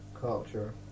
culture